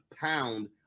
pound